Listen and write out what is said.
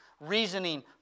reasoning